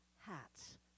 hats